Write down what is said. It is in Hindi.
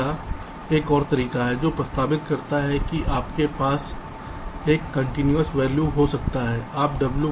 या एक और तरीका है जो प्रस्तावित करता है कि आपके पास एक कंटीन्यूअस वैल्यू हो सकता है